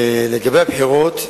לגבי הבחירות,